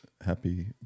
Happy